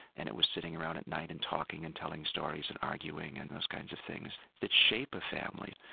and it was sitting around at night and talking and telling stories and arguing and those kinds of things that shape a family.